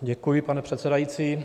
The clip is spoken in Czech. Děkuji, pane předsedající.